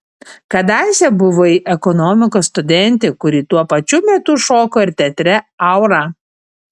kadaise buvai ekonomikos studentė kuri tuo pačiu metu šoko ir teatre aura